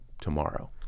tomorrow